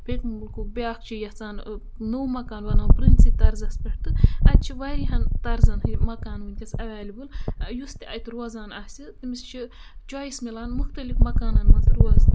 بیٚکہِ مُلکُک بیٛاکھ چھِ یَژھان نوٚو مکان وَنان پرٛٲنسٕے طرزَس پٮ۪ٹھ تہٕ اَتہِ چھِ واریاہَن طرزَن ہِنٛدۍ مکان وٕنۍکٮ۪س اٮ۪ویلیبٕل یُس تہِ اَتہِ روزان آسہِ تٔمِس چھِ چویِس مِلان مُختلِف مکانَن منٛز روزنٕچ